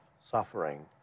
suffering